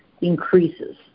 increases